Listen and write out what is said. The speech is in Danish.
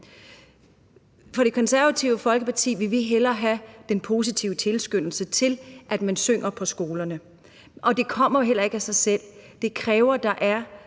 det. Det Konservative Folkeparti vil hellere have den positive tilskyndelse til, at man synger på skolerne, og det kommer heller ikke af sig selv. Det kræver, at der er